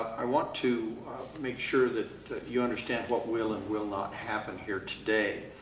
i want to make sure that you understand what will and will not happen here today.